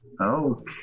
Okay